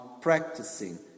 practicing